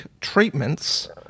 treatments